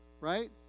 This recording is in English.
Right